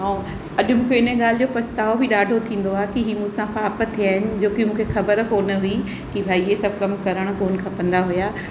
ऐं अॼु मूंखे इन ॻाल्हि जो पछतावो बि ॾाढो थींदो आहे की ही मूं सां पाप थिया आहिनि जो की मूंखे ख़बर कोन्ह हुई की भई इहे सभु कम करण कोन्ह खपंदा हुआ